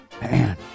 Man